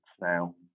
Now